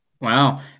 Wow